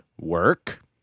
work